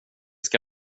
ska